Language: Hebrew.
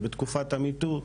ובתקופת ה-ME TOO,